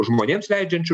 žmonėms leidžiančių